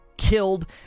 killed